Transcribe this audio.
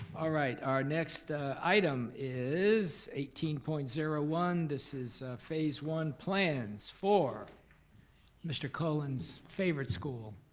alright, our next item is eighteen point zero one. this is phase one plans for mr. cullen's favorite school,